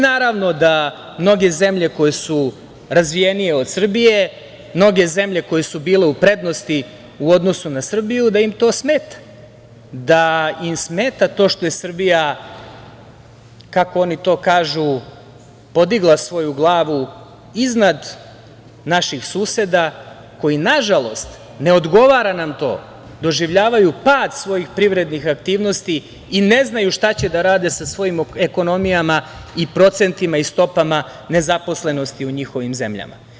Naravno da mnoge zemlje koje su razvijenije od Srbije, mnoge zemlje koje su bile u prednosti u odnosu na Srbiju da im to smeta, da im smeta to što je Srbija, kako oni to kažu, podigla svoju glavu iznad naših suseda koji, nažalost, ne odgovara nam to, doživljavaju pad svojih privrednih aktivnosti i ne znaju šta će da rade sa svojim ekonomija i procentima i stopama nezaposlenosti u njihovim zemljama.